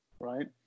right